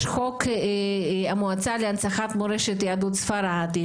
יש חוק המועצה להנצחת מורשת יהדות ספרד,